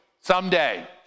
someday